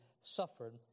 suffered